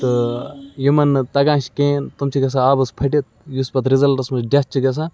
تہٕ یِمَن نہٕ تَگان چھِ کِہیٖنۍ تٕم چھِ گژھان آبَس پھٔٹِتھ یُس پَتہٕ رِزَلٹَس منٛز ڈیتھ چھِ گژھان